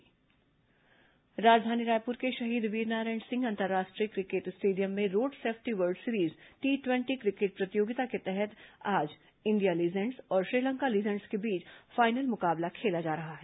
खेल समाचार राजधानी रायपुर के शहीद वीरनारायण सिंह अंतर्राष्ट्रीय क्रिकेट स्टेडियम में road safety world series T ट्वेटी क्रिकेट प्रतियोगिता के तहत आज इंडिया लीजेंड्स और श्रीलंका लीजेंड्स के बीच फाइनल मुकाबला खेला जा रहा है